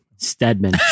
Stedman